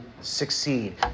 succeed